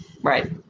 Right